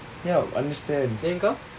yup understand